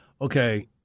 okay